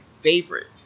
favorite